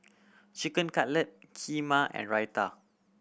Chicken Cutlet Kheema and Raita